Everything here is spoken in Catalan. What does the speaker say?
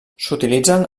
s’utilitzen